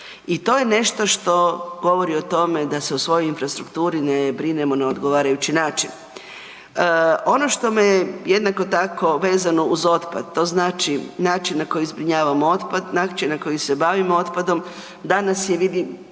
I to je nešto što govori o tome da se u svojoj infrastrukturi ne brinemo na odgovarajući način. Ono što me jednako tako, vezano uz otpad, to znači način na koji zbrinjavamo otpad, način na koji se bavimo otpadom, danas je, vidim,